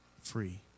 free